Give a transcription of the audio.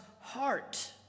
heart